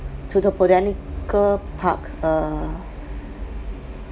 to the botanical park(err)